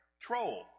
Troll